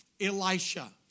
Elisha